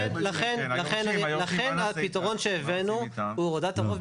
אז לכן הפתרון שהבאנו הוא הורדת הרוב,